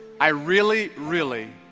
i really really,